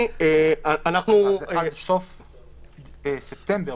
עד סוף ספטמבר.